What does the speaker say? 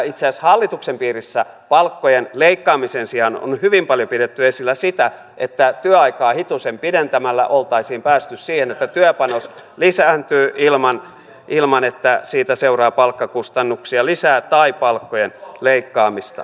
itse asiassa hallituksen piirissä palkkojen leikkaamisen sijaan on hyvin paljon pidetty esillä sitä että työaikaa hitusen pidentämällä oltaisiin päästy siihen että työpanos lisääntyy ilman että siitä seuraa lisää palkkakustannuksia tai palkkojen leikkaamista